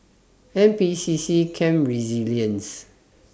N P C C Camp Resilience